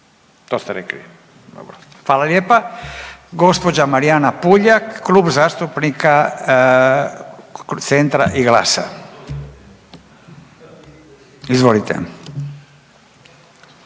to ste rekli? Dobro. Hvala lijepa. Gospođa Marijana Puljak Klub zastupnika Centra i GLAS-a. Izvolite.